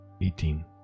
Eighteen